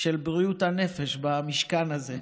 של בריאות הנפש במשכן הזה: